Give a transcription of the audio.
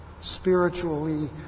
spiritually